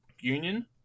union